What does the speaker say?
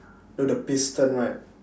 no the piston right